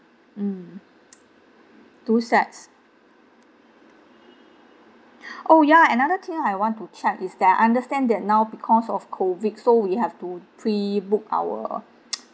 mm two sets oh ya another thing I want to check is that I understand that now because of COVID so we have to pre-book our